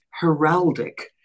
heraldic